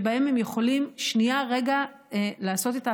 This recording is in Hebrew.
שבהם הם יכולים שנייה רגע לעשות את ההפסקה,